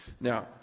now